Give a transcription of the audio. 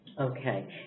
Okay